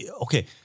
Okay